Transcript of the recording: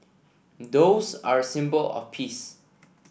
doves are a symbol of peace